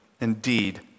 Indeed